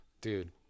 dude